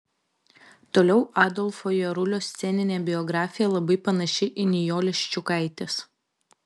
toliau adolfo jarulio sceninė biografija labai panaši į nijolės ščiukaitės